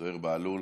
זוהיר בהלול,